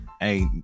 Hey